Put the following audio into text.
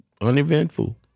uneventful